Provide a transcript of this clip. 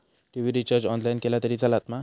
TV recharge online केला तरी चलात मा?